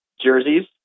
jerseys